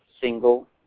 single